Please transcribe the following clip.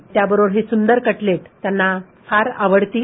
तर त्या बरोबर हे सुंदर कटलेट त्यांना फार आवडतील